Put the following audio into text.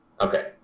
Okay